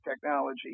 technology